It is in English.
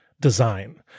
design